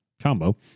combo